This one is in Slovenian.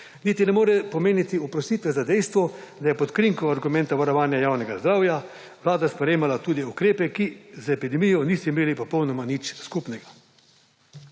niti ne more pomeniti oprostitve za dejstvo, da je pod krinko argumenta varovanja javnega zdravja vlada sprejemala tudi ukrepe, ki z epidemijo niso imeli popolnoma nič skupnega.